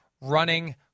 running